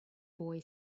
boy